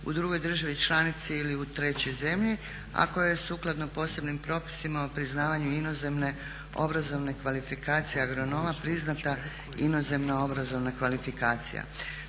u drugoj državi članici ili u trećoj zemlji, a koje je sukladno posebnim propisima o priznavanju inozemne obrazovne kvalifikacije agronoma priznata inozemna obrazovna kvalifikacija.